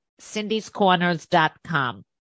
cindyscorners.com